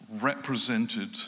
represented